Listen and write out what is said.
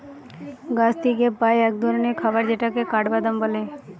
গাছ থিকে পাই এক ধরণের খাবার যেটাকে কাঠবাদাম বলে